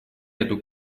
эту